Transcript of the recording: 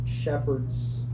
shepherds